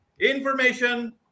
information